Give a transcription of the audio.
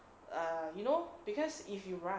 uh you know because if you